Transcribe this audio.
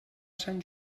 sant